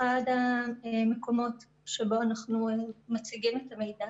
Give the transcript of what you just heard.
אחד המקומות שבו אנחנו מציגים את המידע